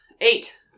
Eight